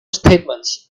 statements